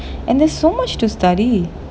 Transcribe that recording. and there's so much to study